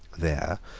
there,